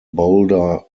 boulder